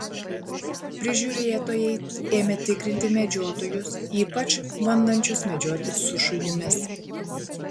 prižiūrėtojai ėmė tikrinti medžiotojus ypač bandančius medžioti su šunimis